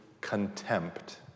Contempt